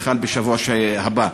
שחל בשבוע הבא.